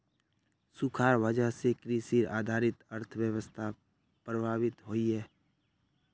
सुखार वजह से कृषि आधारित अर्थ्वैवास्था प्रभावित होइयेह